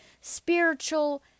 spiritual